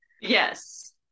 yes